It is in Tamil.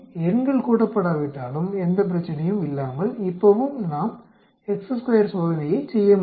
எண்கள் கூட்டப்படாவிட்டாலும் எந்த பிரச்சனையும் இல்லாமல் இப்பவும் நாம் சோதனையைச் செய்ய முடியும்